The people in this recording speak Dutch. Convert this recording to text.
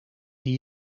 die